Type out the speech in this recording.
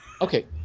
okay